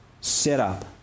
setup